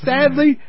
Sadly